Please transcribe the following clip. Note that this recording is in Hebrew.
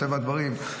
מטבע הדברים.